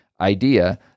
idea